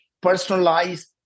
personalized